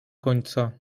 końca